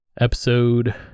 Episode